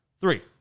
Three